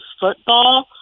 football